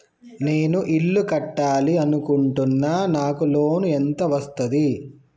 నేను ఇల్లు కట్టాలి అనుకుంటున్నా? నాకు లోన్ ఎంత వస్తది?